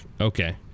Okay